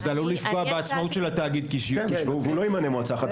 זה עלול לפגוע בעצמאות של התאגיד והוא לא ימנה מועצה חדשה.